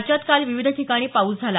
राज्यात काल विविध ठिकाणी पाऊस झाला